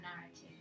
narrative